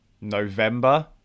november